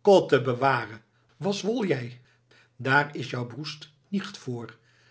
kottbewahre was wol jij daar ist jouw broest nicht voor